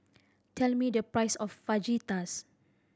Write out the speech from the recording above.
tell me the price of Fajitas